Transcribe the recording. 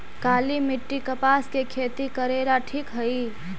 काली मिट्टी, कपास के खेती करेला ठिक हइ?